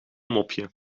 mopje